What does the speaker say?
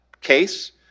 case